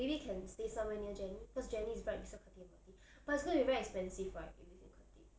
maybe can stay somewhere near jenny cause jenny is right beside khatib M_R_T but it is gonna be very expensive right if we live in khatib